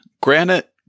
Granite